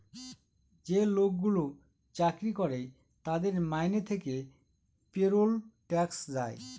যে লোকগুলো চাকরি করে তাদের মাইনে থেকে পেরোল ট্যাক্স যায়